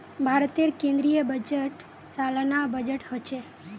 भारतेर केन्द्रीय बजट सालाना बजट होछे